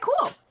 cool